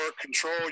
control